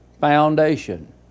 foundation